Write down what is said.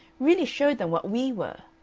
really showed them what we were.